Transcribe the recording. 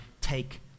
take